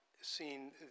seen